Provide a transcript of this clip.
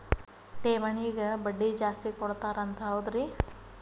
ಠೇವಣಿಗ ಬಡ್ಡಿ ಜಾಸ್ತಿ ಕೊಡ್ತಾರಂತ ಹೌದ್ರಿ?